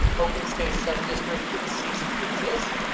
open space ah district would cease to exist.